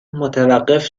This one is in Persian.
متوقف